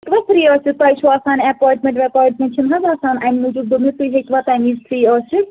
ہیٚکوا فرٛی ٲسِتھ تۄہہِ چھُو آسان ایٚپُۄاینٛٹمیٚنٛٹ ویٚپُۄاینٛٹمیٚنٛٹ چھِنَہ حظ آسان اَمہِ موٗجوٗب دوٚپ مےٚ تُہۍ ہیٚکوا تَمہِ وِزۍ فرٛی ٲسِتھ